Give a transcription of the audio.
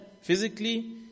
physically